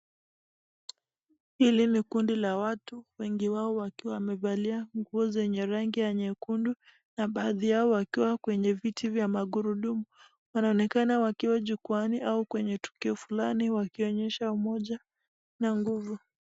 Hili ni kundi la watu wengi wao wamefalia nguo zenye rangi ya nyukundu na bahadi wao wakiwa kwenye viti vya magurudumu wanaonekana wakiwa jukuani au kwenye tukio fulani kuonyesha umoja na nguvu.